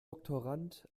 doktorand